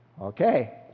Okay